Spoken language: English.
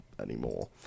anymore